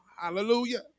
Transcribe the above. Hallelujah